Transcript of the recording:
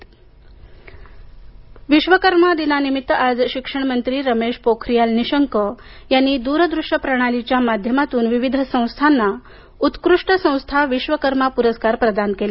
पुरस्कार विश्वकर्मा दिनानिमित्त आज शिक्षण मंत्री रमेश पोखरीयाल निशंक यांनी दूरदृश्य प्रणालीच्या माध्यमातून विविध संस्थांना उत्कृष्ट संस्था विश्वकर्मा पुरस्कार प्रदान केले